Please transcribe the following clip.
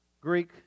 Greek